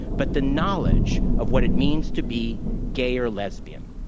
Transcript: but the knowledge of what it means to be gay or lesbian.